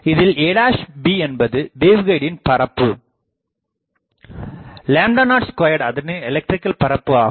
இதில் a b என்பது வேவ்கைடின் பரப்பு 02 அதனின் எலக்ட்ரிகள் பரப்பு ஆகும்